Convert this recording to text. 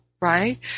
right